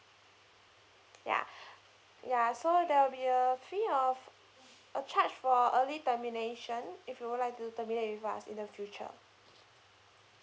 ya ya so there'll be a fee of a charge for early termination if you would like to terminate with us in the future